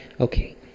Okay